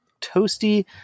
toasty